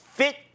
Fit